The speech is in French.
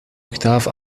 octave